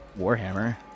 Warhammer